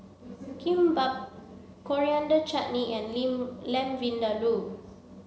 Kimbap Coriander Chutney and Lin Lamb Vindaloo